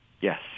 Yes